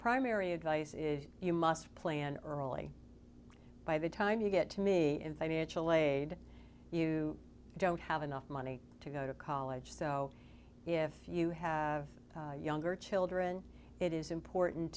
primary advice is you must plan early by the time you get to me in financial aid you don't have enough money to go to college so if you have younger children it is important